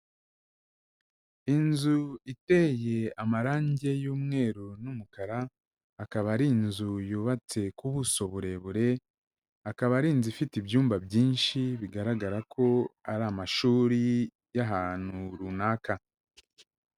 Inzu iteye amarangi y'umweru n'umukara, akaba ari inzu yubatse ku buso burebure, akaba ari inzu ifite ibyumba byinshi, bigaragara ko ari amashuri y'ahantu runaka.